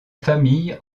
famille